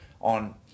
on